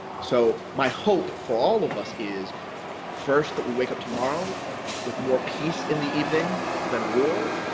so my hope for all of us is first, that we wake up tomorrow with more peace in the evening than war,